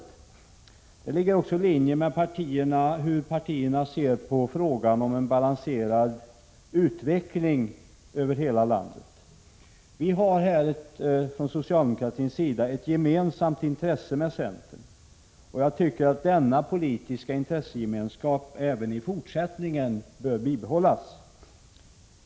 Detta ligger också i linje med hur partierna ser på frågan om en över hela landet balanserad utveckling. Vi har här från socialdemokraternas sida ett med centern gemensamt intresse, och jag tycker att denna politiska intressegemenskap även i fortsättningen bör bibehållas.